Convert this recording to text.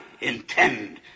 intend